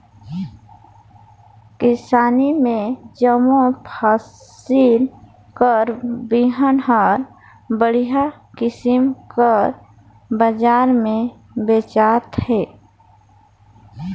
किसानी में जम्मो फसिल कर बीहन हर बड़िहा किसिम कर बजार में बेंचात अहे